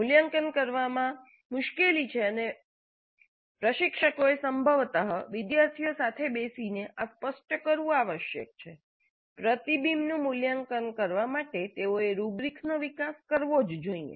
મૂલ્યાંકન કરવામાં મુશ્કેલી છે અને પ્રશિક્ષકોએ સંભવત વિદ્યાર્થીઓ સાથે બેસીને આ સ્પષ્ટ કરવું આવશ્યક છે પ્રતિબિંબનું મૂલ્યાંકન કરવા માટે તેઓએ રુબ્રીક્સનો વિકાસ કરવો જ જોઇએ